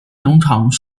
农场